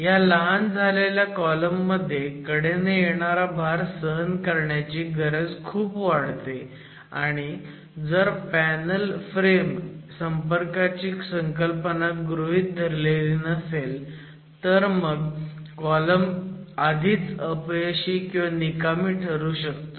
ह्या लहान झालेल्या कॉलम मध्ये कडेने येणारा भार सहन करण्याची गरज खूप वाढते आणि जर पॅनल फ्रेम संपर्काची संकल्पना गृहीत धरलेली नसेल तर मग कॉलम आधीच अपयशी ठरू शकतो